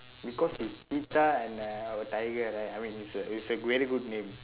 because it's cheetah and a our tiger right I mean it's a it's a very good name